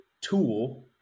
tool